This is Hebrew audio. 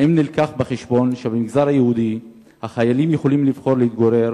האם נלקח בחשבון שבמגזר היהודי החיילים יכולים לבחור להתגורר